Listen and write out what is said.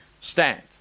stand